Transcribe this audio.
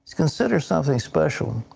consider something special.